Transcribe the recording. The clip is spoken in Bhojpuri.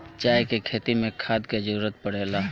चाय के खेती मे खाद के जरूरत पड़ेला